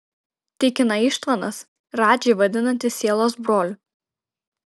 tikina ištvanas radžį vadinantis sielos broliu